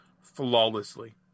flawlessly